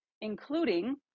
including